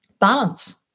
balance